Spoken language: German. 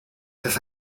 dass